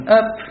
up